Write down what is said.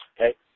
okay